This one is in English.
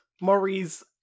Maurice